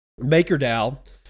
MakerDAO